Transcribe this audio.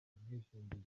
ubwishingizi